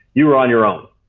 you were on your own,